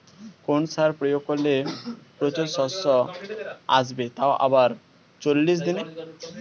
কোন সার প্রয়োগ করলে প্রচুর শশা আসবে তাও আবার চল্লিশ দিনে?